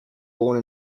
born